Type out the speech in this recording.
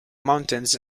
mountains